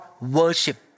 worship